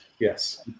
Yes